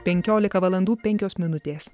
penkiolika valandų penkios minutės